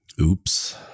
Oops